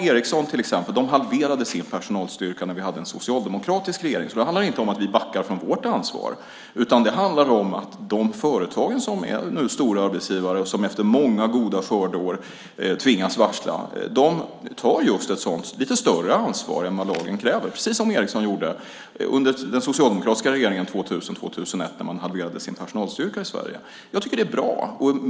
Ericsson till exempel halverade sin personalstyrka när vi hade en socialdemokratisk regering, så det handlar inte om att vi backar från vårt ansvar, utan det handlar om att de företag som är stora arbetsgivare och som efter många goda skördeår tvingas varsla tar just ett sådant lite större ansvar än vad lagen kräver, precis som Ericsson gjorde under den socialdemokratiska regeringen 2000-2001, då man halverade sin personalstyrka i Sverige. Jag tycker att det är bra.